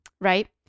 right